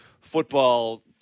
football